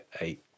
eight